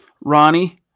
Ronnie